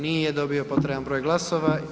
Nije dobio potreban broj glasova.